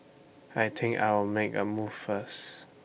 I think I'll make A move first